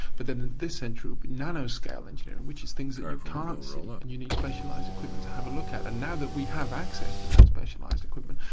but then this century will be nano-scale engineering, which is things that you can't see and you need specialised equipment to have a look at. and now that we have access to that specialised equipment,